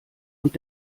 und